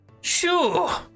sure